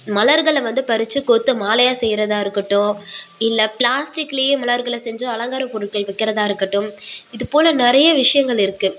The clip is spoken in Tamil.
மலர்களை வந்து பறித்து கோர்த்து மாலையாக செய்யறதாக இருக்கட்டும் இல்லை பிளாஸ்டிக்லேயே மலர்களை செஞ்சு அலங்கார பொருட்கள் விற்கிறதா இருக்கட்டும் இது போல நிறைய விஷயங்கள் இருக்குது